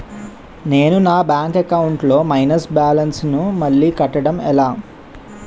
నేను నా bank account లొ మైనస్ బాలన్స్ ను మళ్ళీ కట్టడం ఎలా?